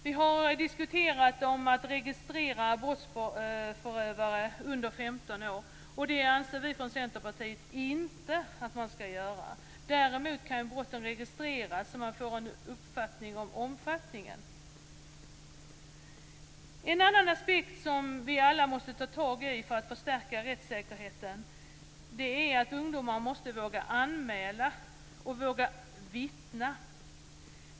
Det har diskuterats att registrera brottsförövare under 15 år. Det anser vi från Centerpartiet inte att man skall göra. Däremot kan brotten registreras så att man får en uppfattning om omfattningen. En annan aspekt som vi alla måste ta tag i för att förstärka rättssäkerheten är att ungdomar måste våga anmäla brott och vittna.